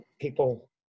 people